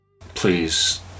Please